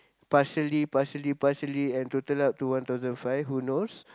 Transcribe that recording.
partially partially partially and total up to one thousand five who knows